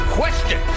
question